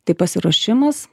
tai pasiruošimas